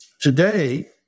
today